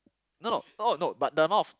no no oh no but the amount of